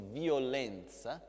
violenza